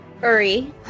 Hurry